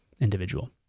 individual